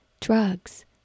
drugs